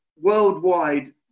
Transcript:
worldwide